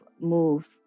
move